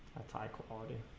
high quality?